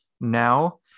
now